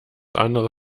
andere